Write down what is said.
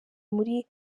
muri